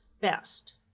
best